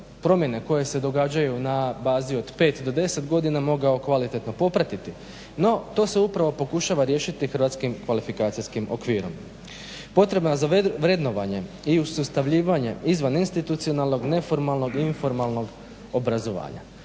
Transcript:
promjene koje se događaju na bazi od 5 do 10 godina mogao kvalitetno popratiti. No to se upravo pokušava riješiti hrvatskim kvalifikacijskim okvirom. Potreba za vrednovanje i usustavljivanje izvaninstitucionalnog neformalnog i informalnog obrazovanja,